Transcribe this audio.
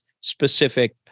specific